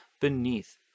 beneath